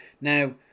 Now